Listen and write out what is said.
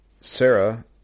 Sarah